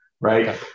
right